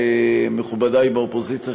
מכובדי באופוזיציה,